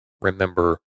remember